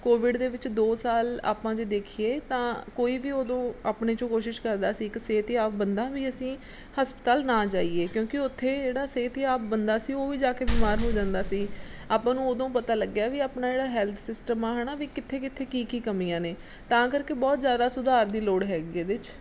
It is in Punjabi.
ਕੋਵਿਡ ਦੇ ਵਿੱਚ ਦੋ ਸਾਲ ਆਪਾਂ ਜੇ ਦੇਖੀਏ ਤਾਂ ਕੋਈ ਵੀ ਉਦੋਂ ਆਪਣੇ 'ਚੋਂ ਕੋਸ਼ਿਸ਼ ਕਰਦਾ ਸੀ ਇੱਕ ਸਿਹਤਯਾਬ ਬੰਦਾ ਵੀ ਅਸੀਂ ਹਸਪਤਾਲ ਨਾ ਜਾਈਏ ਕਿਉਂਕਿ ਉੱਥੇ ਜਿਹੜਾ ਸਿਹਤਯਾਬ ਬੰਦਾ ਸੀ ਉਹ ਵੀ ਜਾ ਕੇ ਬਿਮਾਰ ਹੋ ਜਾਂਦਾ ਸੀ ਆਪਾਂ ਨੂੰ ਉਦੋਂ ਪਤਾ ਲੱਗਿਆ ਵੀ ਆਪਣਾ ਜਿਹੜਾ ਹੈਲਥ ਸਿਸਟਮ ਆ ਹੈ ਨਾ ਵੀ ਕਿੱਥੇ ਕਿੱਥੇ ਕੀ ਕੀ ਕਮੀਆਂ ਨੇ ਤਾਂ ਕਰਕੇ ਬਹੁਤ ਜ਼ਿਆਦਾ ਸੁਧਾਰ ਦੀ ਲੋੜ੍ਹ ਹੈਗੀ ਇਹਦੇ 'ਚ